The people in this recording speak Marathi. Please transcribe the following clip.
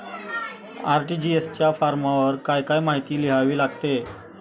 आर.टी.जी.एस च्या फॉर्मवर काय काय माहिती लिहावी लागते?